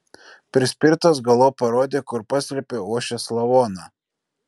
prispirtas galop parodė kur paslėpė uošvės lavoną